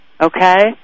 Okay